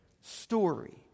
story